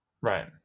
Right